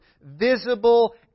visible